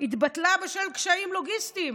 התבטלה בשל קשיים לוגיסטיים